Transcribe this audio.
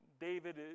David